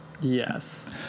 Yes